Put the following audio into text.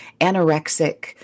Anorexic